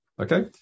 Okay